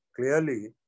Clearly